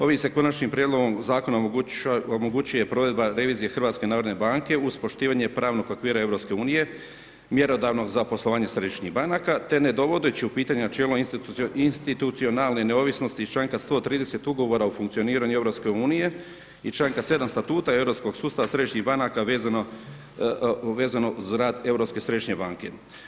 Ovim se konačnim prijedlogom zakona omogućuje provedba revizije HNB uz poštivanje pravnog okvira EU mjerodavno za poslovanje središnjih banaka, te ne dovodeći u pitanje čela institucionalne neovisnosti iz čl. 130. ugovora o funkcioniranju EU i čl. 7. statuta europskog sustava središnjih banaka vezano uz rad Europske središnje banke.